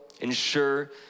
ensure